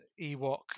Ewok